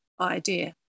idea